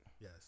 Yes